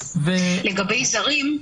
לגבי זרים,